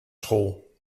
school